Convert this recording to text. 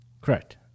Correct